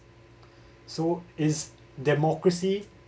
so is democracy